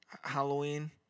Halloween